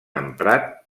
emprat